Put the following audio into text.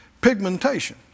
pigmentation